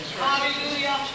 Hallelujah